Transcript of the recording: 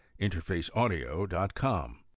InterfaceAudio.com